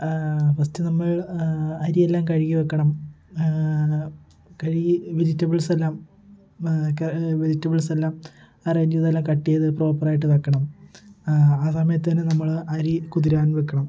first നമ്മൾ അരിയെല്ലാം കഴുകി വെക്കണം കഴുകി വെജിറ്റബിൾസെല്ലാം വെജിറ്റബിൾസെല്ലാം അറേഞ്ച് ചെയ്തതതെല്ലാം കട്ട് ചെയ്ത് പ്രോപ്പറായിട്ട് വയ്ക്കണം ആ സമയത്ത് തന്നെ നമ്മള് അരി കുതിരാൻ വയ്ക്കണം